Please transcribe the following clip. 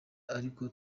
ariko